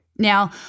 Now